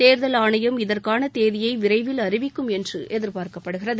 தேர்தல் ஆணையம் இதற்கான தேதியை விரைவில் அறிவிக்கும் என்று எதிர்பார்க்கப்படுகிறது